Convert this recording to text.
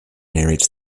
narrates